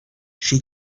she